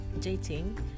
dating